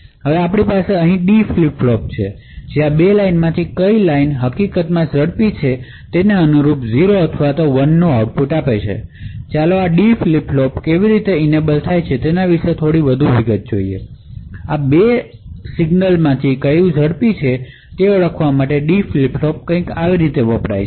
હવે આપણી પાસે પણ અહીં D ફ્લિપ ફ્લોપ છે જે આ 2 લાઇનમાંથી કઈ રેખા હકીકતમાં ઝડપી છે અને અનુરૂપ રીતે 0 અથવા 1 નું આઉટપુટ આપે છે ચાલો આ D ફ્લિપ ફ્લોપ કેવી રીતે આ 2 સંકેતોમાંથી કયા ઝડપી છે તે ઓળખવા માટે વપરાય છે તે વિશે વધુ વિગતો જોઈએ